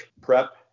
prep